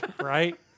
right